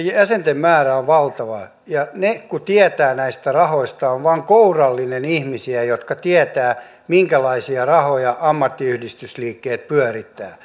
jäsenten määrä on valtava ja ne jotka tietävät näistä rahoista ovat vain kourallinen ihmisiä jotka tietävät minkälaisia rahoja ammattiyhdistysliikkeet pyörittävät